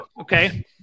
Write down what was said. Okay